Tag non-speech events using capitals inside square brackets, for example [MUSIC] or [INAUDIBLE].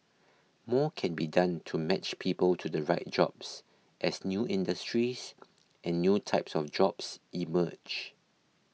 more can be done to match people to the right jobs as new industries [NOISE] and new types of jobs emerge